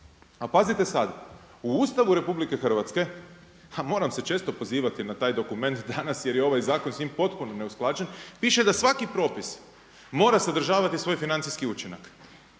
A pazite sada. U Ustavu Republike Hrvatske, a moram se često pozivati na taj dokument danas jer je ovaj zakon s njim potpuno neusklađen, piše da svaki propis mora sadržavati svoj financijski učinak.